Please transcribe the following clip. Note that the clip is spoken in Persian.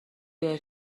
بیای